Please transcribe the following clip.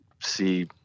see